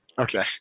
Okay